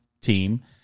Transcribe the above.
team